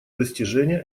достижения